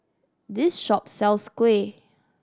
this shop sells kuih